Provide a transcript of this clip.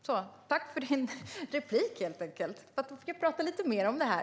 Tack för din replik, Erik Ottoson! Nu får jag prata lite mer om det här.